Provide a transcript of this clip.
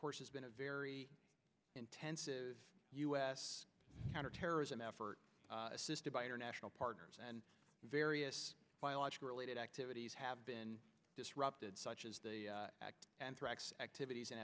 course has been a very intensive u s counterterrorism effort assisted by international partners and various biological related activities have been disrupted such as the anthrax activities in